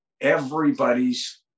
Everybody's